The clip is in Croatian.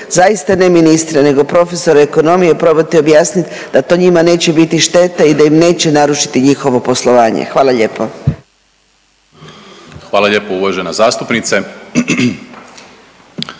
zaista ne ministra nego profesora ekonomije probate objasniti da to njima neće biti šteta i da im neće narušiti njihovo poslovanje. Hvala lijepo. **Primorac, Marko** Hvala lijepo uvažena zastupnice.